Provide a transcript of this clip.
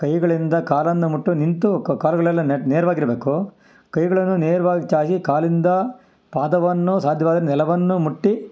ಕೈಗಳಿಂದ ಕಾಲನ್ನು ಮುಟ್ಟಿ ನಿಂತು ಕ್ ಕಾಲುಗಳೆಲ್ಲ ನೇರವಾಗಿರ್ಬೇಕು ಕೈಗಳನ್ನು ನೇರವಾಗಿ ಚಾಚಿ ಕಾಲಿಂದ ಪಾದವನ್ನು ಸಾಧ್ಯವಾದರೆ ನೆಲವನ್ನು ಮುಟ್ಟಿ